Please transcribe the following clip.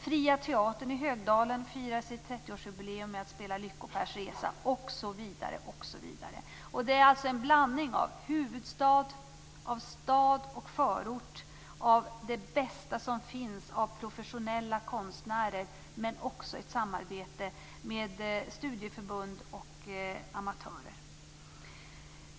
Fria teatern i Högdalen firar sitt trettioårsjubileum med att spela Lycko-Pers resa, osv. Det är en blandning av huvudstad, stad och förort och det bästa som finns av professionella konstnärer, men också ett samarbete med studieförbund och amatörer.